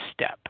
step